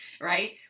right